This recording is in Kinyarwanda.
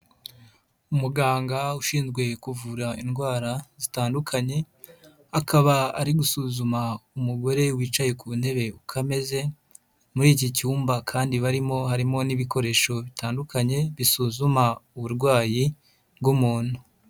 Muganga ushinzwe kuvura indwara zitandukanye akaba ari gusuzuma umugore wicaye ku ntebe uko ameze muri iki cyumba kandi barimo harimo n'ibikoresho bitandukanye bisuzuma uburwayi bw'umuntu.